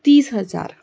तीस हजार